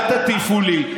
אל תטיפו לי.